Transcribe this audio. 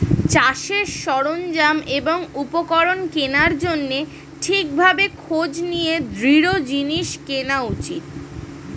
চাষের সরঞ্জাম এবং উপকরণ কেনার জন্যে ঠিক ভাবে খোঁজ নিয়ে দৃঢ় জিনিস কেনা উচিত